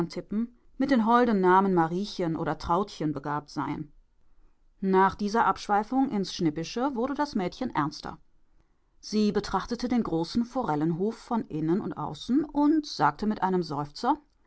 mit den holden namen mariechen oder trautchen begabt seien nach dieser abschweifung ins schnippische wurde das mädchen ernster sie betrachtete den großen forellenhof von innen und außen und sagte mit einem seufzer